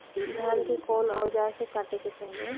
धान के कउन औजार से काटे के चाही?